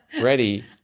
Ready